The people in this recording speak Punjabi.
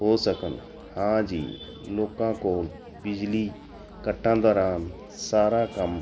ਹੋ ਸਕਣ ਹਾਂ ਜੀ ਲੋਕਾਂ ਕੋਲ ਬਿਜਲੀ ਕੱਟਾਂ ਦੌਰਾਨ ਸਾਰਾ ਕੰਮ